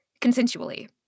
consensually